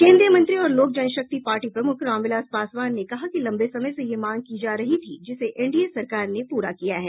केन्द्रीय मंत्री और लोक जनशक्ति पार्टी प्रमुख रामविलास पासवान ने कहा कि लंबे समय से यह मांग की जा रही थी जिसे एनडीए सरकार ने पूरा किया है